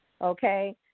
okay